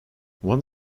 one